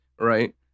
right